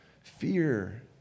fear